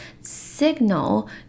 signal